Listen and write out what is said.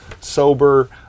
sober